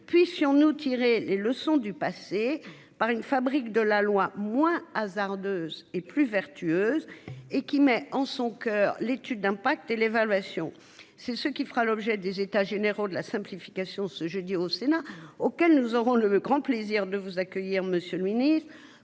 puissions nous tirer les leçons du passé par une fabrique de la loi moins hasardeuse et plus vertueuse et qui met en son coeur l'étude d'impact et l'évaluation. C'est ce qui fera l'objet des états généraux de la simplification ce jeudi au Sénat auquel nous aurons le grand plaisir de vous accueillir Monsieur le Ministre,